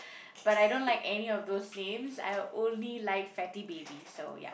but I don't like any of those names I only like Fatty Baby so yup